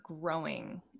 growing